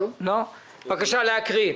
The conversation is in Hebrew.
בבקשה להקריא.